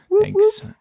Thanks